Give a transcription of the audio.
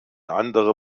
andere